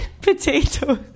potatoes